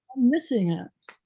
missing it.